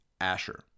Asher